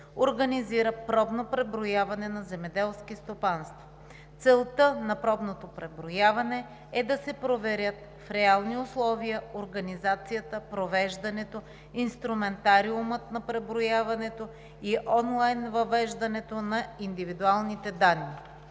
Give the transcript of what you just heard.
организира пробно преброяване на земеделски стопанства. Целта на пробното преброяване е да се проверят в реални условия организацията, провеждането, инструментариумът на преброяването и онлайн въвеждането на индивидуалните данни.